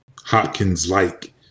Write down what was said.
Hopkins-like